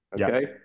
Okay